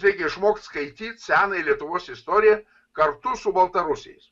reikia išmokt skaityt senąją lietuvos istoriją kartu su baltarusiais